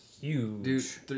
Huge